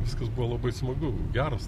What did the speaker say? viskas buvo labai smagu geras